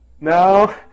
No